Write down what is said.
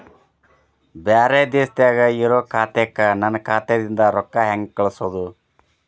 ಬ್ಯಾರೆ ದೇಶದಾಗ ಇರೋ ಖಾತಾಕ್ಕ ನನ್ನ ಖಾತಾದಿಂದ ರೊಕ್ಕ ಹೆಂಗ್ ಕಳಸೋದು?